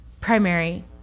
primary